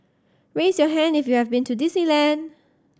raise your hand if you have been to Disneyland